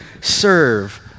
serve